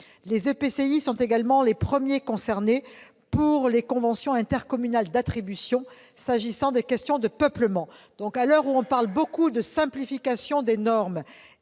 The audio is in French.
Les EPCI sont également les premiers concernés par les conventions intercommunales d'attribution, s'agissant des questions de peuplement. À l'heure où l'on recherche la simplification des normes